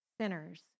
sinners